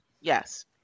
Yes